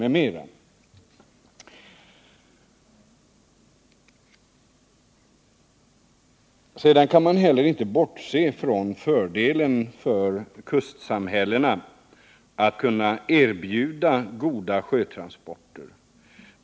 Man kan inte heller bortse från fördelen för kustsamhällena att kunna erbjuda goda sjötransporter.